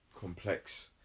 complex